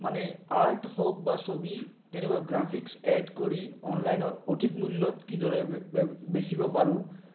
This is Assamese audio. মানে আৰ্ট হওক বা ছবি তেনেকুৱা গ্ৰাফিক্স এড কৰি অনলাইনত অধিক মূল্যত কিদৰে বেচিব পাৰোঁ